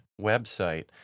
website